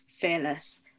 fearless